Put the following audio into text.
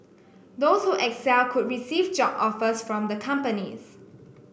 those who excel could receive job offers from the companies